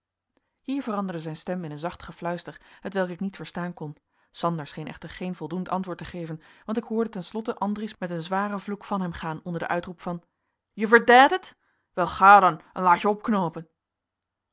hier veranderde zijn stem in een zacht gefluister hetwelk ik niet verstaan kon sander scheen echter geen voldoend antwoord te geven want ik hoorde ten slotte andries met een zwaren vloek van hem gaan onder den uitroep van je verdijt het wel ga dan en laat je opknoopen